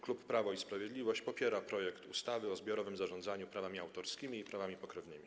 Klub Prawo i Sprawiedliwość popiera projekt ustawy o zbiorowym zarządzaniu prawami autorskimi i prawami pokrewnymi.